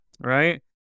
Right